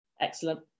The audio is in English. Excellent